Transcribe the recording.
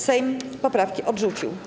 Sejm poprawkę odrzucił.